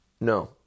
No